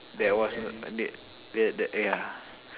that was not that that yeah